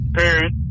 parent